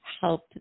help